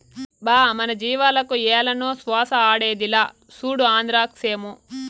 బా మన జీవాలకు ఏలనో శ్వాస ఆడేదిలా, సూడు ఆంద్రాక్సేమో